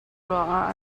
ruangah